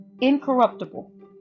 incorruptible